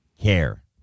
care